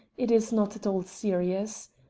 it is not at all serious.